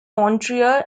montreal